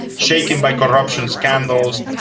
shaken by corruption scandals,